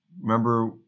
Remember